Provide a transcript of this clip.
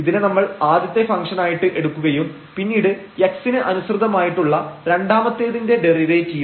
ഇതിനെ നമ്മൾ ആദ്യത്തെ ഫംഗ്ഷൻ ആയിട്ട് എടുക്കുകയും പിന്നീട് x ന് അനുസൃതമായിട്ടുള്ള രണ്ടാമത്തെതിന്റെ ഡെറിവേറ്റീവും